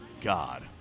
god